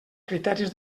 criteris